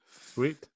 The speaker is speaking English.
Sweet